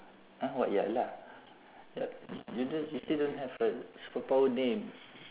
!huh! what ya lah yup you you still don't have a superpower name